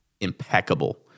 impeccable